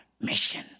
Mission